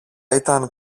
ήταν